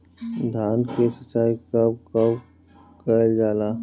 धान के सिचाई कब कब कएल जाला?